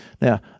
Now